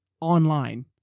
online